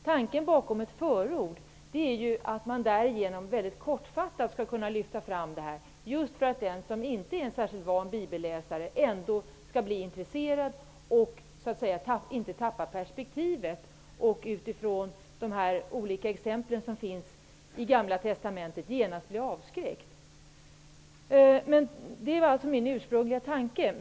Tanken med ett förord är att man mycket kortfattat skall kunna lyfta fram det här just för att den som inte är en särskilt van Bibelläsare ändå skall bli intresserad och inte tappa perspektivet och genast bli avskräckt av de olika exemplen i Gamla testamentet. Det var alltså min ursprungliga tanke.